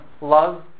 love